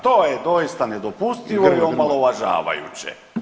To je doista nedopustivo i omalovažavajuće.